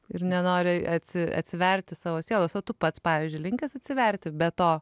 ir nenori atsiverti savo sielos o tu pats pavyzdžiui linkęs atsiverti be to